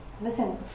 Listen